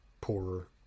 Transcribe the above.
poorer